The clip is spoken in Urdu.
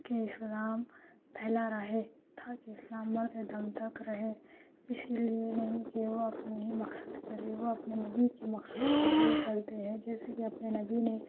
کہ اسلام پھیلا رہے تاکہ اسلام مرتے دم تک رہے اسی لیے نہیں کہ وہ اپنے ہی مقصد کے لیے اپنے نبی کے مقصد کے لیے کرتے ہیں جیسے کہ وہ اپنے نبی نے